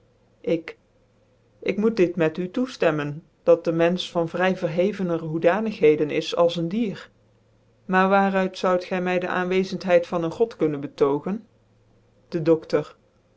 ik ik moet dit met u toeftemmen dat den menfeh van vry verhevener hoedanigheden is als een dier maar waar uit zoud gy iïiy cic aanwezenthcid van een god kunnen betoogen de doftor